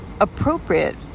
appropriate